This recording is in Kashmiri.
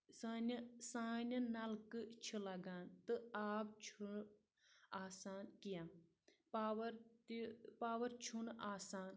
سانہِ سانہِ نَلکہٕ چھِ لگان تہٕ آب چھُ آسان کیٚنٛہہ پاور تہِ پاور چھُ نہٕ آسان